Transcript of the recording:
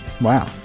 wow